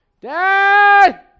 dad